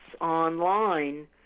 online